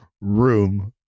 room